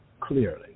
clearly